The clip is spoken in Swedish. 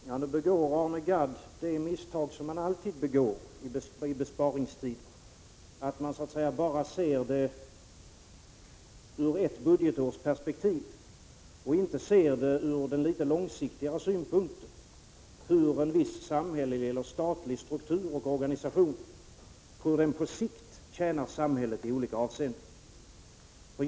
Herr talman! Nu begår Arne Gadd det misstag som han alltid begår i besparingstider, nämligen att han bara ur ett budgetårs perspektiv och inte från litet mera långsiktiga synpunkter ser hur en viss samhällelig eller statlig struktur och organisation på sikt tjänar samhället i olika avseenden.